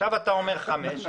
עכשיו אתה אומר חמש,